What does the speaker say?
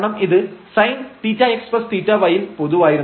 കാരണം ഇത് sinθx θy ൽ പൊതുവായിരുന്നു